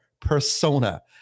persona